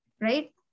right